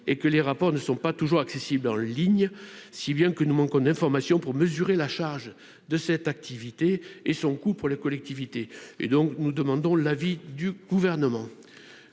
et que les rapports ne sont pas toujours accessibles en ligne, si bien que nous manquons d'informations pour mesurer la charge de cette activité et son coût pour la collectivité et donc nous demandons l'avis du gouvernement